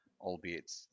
albeit